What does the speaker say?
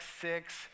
six